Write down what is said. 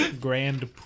Grand